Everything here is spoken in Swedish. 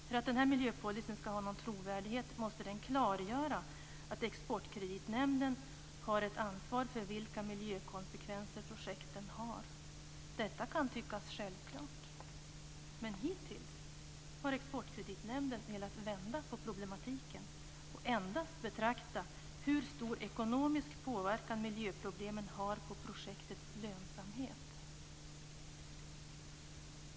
För att denna miljöpolicy skall ha någon trovärdighet måste den klargöra att Exportkreditnämnden har ett ansvar för vilka miljökonsekvenser projekten har. Detta kan tyckas självklart men hittills har Exportkreditnämnden velat vända på problematiken och endast betrakta hur stor ekonomisk påverkan miljöproblemen har på projektets lönsamhet.